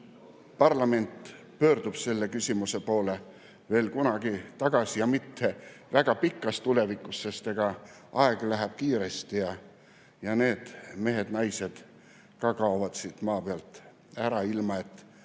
parlament pöördub selle küsimuse poole veel kunagi tagasi, kusjuures mitte väga kauges tulevikus, sest aeg läheb kiiresti ja need mehed-naised ka kaovad siit maa pealt ära, ilma et